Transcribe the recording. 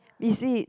you see